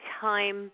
time